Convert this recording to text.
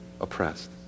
oppressed